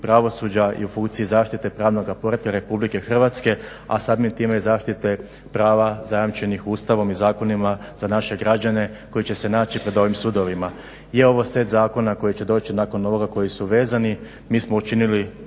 pravosuđa i u funkciji zaštite pravnoga poretka RH a samim time zaštite prava zajamčenih Ustavom i zakonima za naše građane koji će se naći pred ovim sudovima. I ovih set zakona koji će doći nakon ovoga koji su vezani. Mi smo učinili